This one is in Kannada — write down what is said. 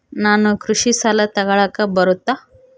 ನಾನು ಕೃಷಿ ಸಾಲ ತಗಳಕ ಬರುತ್ತಾ?